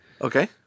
Okay